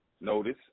notice